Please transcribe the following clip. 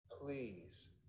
Please